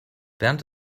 bernd